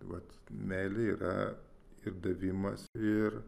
vat meilė yra ir davimas ir